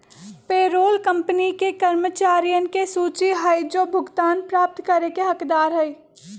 payroll company के कर्मचारियन के सूची हई जो भुगतान प्राप्त करे के हकदार हई